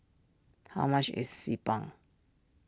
how much is Xi Ban